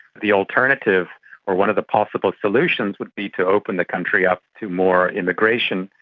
the alternative or one of the possible solutions would be to open the country up to more immigration.